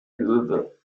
löwe